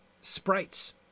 Sprites